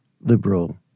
liberal